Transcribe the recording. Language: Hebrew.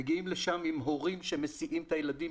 מגיעים לשם עם הורים שמסיעים את הילדים